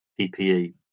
PPE